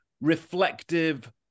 reflective